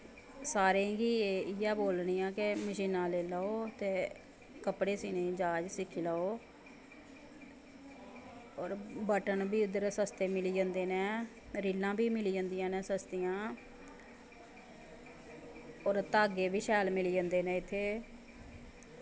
सारें गी इ'यै बोलनी आं कि मशीनां लेई लैओ ते कपड़े सीह्नें दी जाच सिक्खी लैओ होर बटन बी उद्धर सस्ते मिली जंदे न रीलां बी मिली जंदियां न सस्तियां होर धागे बी शैल मिली जंदे न इ'त्थें